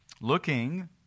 looking